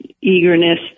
eagerness